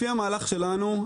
לפי המהלך שלנו,